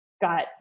got